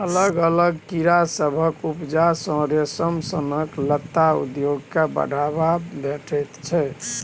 अलग अलग कीड़ा सभक उपजा सँ रेशम सनक लत्ता उद्योग केँ बढ़ाबा भेटैत छै